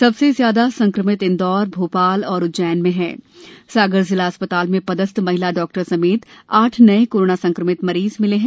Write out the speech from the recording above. सबसे ज्यादा संक्रमित इंदौरभोपाल और उज्जैन में हैं सागर जिला अस्पताल में पदस्थ महिला डॉक्टर समेत आठ नये कोरोना संक्रमित मरीज मिले हैं